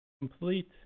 complete